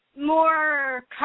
More